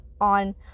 on